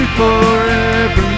forever